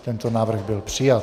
Tento návrh byl přijat.